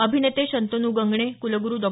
अभिनेते शंतनू गंगणे कुलगुरू डॉ